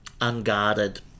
Unguarded